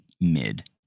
mid